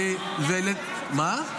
זה לא מהותי?